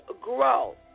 grow